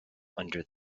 under